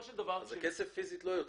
הכסף פיזית לא יוצא.